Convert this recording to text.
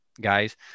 guys